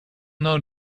known